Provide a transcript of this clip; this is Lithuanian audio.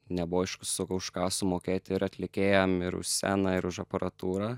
nebuvo aišku sakau už ką sumokėti ir atlikėjam ir už sceną ir už aparatūrą